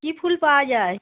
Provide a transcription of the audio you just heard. কী ফুল পাওয়া যায়